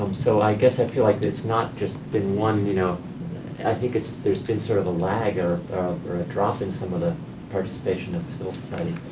um so i guess i feel like it's not just been one, you know and i think there's been sort of a lag or a drop in some of them participation of civil society.